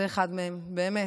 זה אחד מהם, באמת.